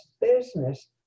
business